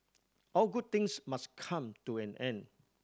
all good things must come to an end